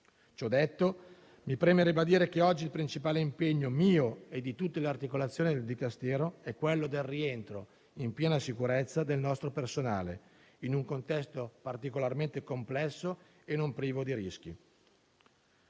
Ciò detto, mi preme ribadire che oggi il principale impegno, mio e di tutte le articolazioni del Dicastero, è quello del rientro in piena sicurezza del nostro personale in un contesto particolarmente complesso e non privo di rischi.